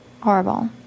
Horrible